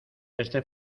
este